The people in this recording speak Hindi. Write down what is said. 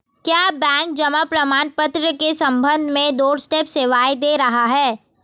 क्या बैंक जमा प्रमाण पत्र के संबंध में डोरस्टेप सेवाएं दे रहा है?